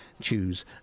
choose